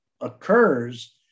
occurs